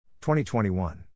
2021